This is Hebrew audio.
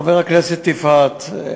חברת הכנסת יפעת,